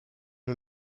who